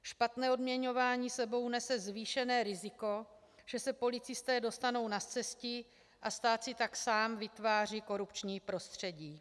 Špatné odměňování s sebou nese zvýšené riziko, že se policisté dostanou za scestí, a stát si tak sám vytváří korupční prostředí.